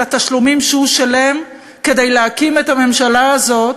התשלומים שהוא שילם כדי להקים את הממשלה הזו,